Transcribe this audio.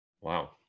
Wow